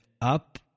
up